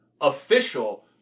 official